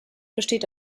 besteht